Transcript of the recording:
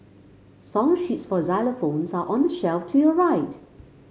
song sheets for xylophones are on the shelf to your right